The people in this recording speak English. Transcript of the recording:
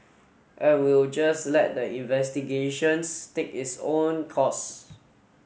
and we'll just let the investigations take its own course